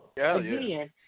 again